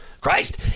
Christ